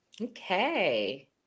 Okay